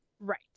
Right